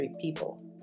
people